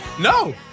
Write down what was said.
No